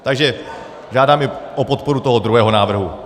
Takže žádám i o podporu toho druhého návrhu.